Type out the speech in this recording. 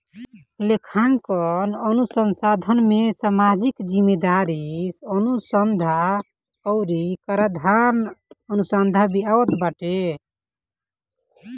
लेखांकन अनुसंधान में सामाजिक जिम्मेदारी अनुसन्धा अउरी कराधान अनुसंधान भी आवत बाटे